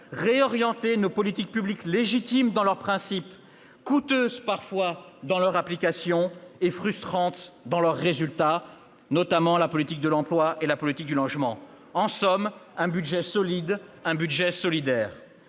réorienter nos politiques publiques, légitimes dans leur principe, coûteuses, parfois, dans leur application, et frustrantes dans leurs résultats. C'est notamment le cas de la politique de l'emploi et de la politique du logement. En somme, il s'agit d'un budget solide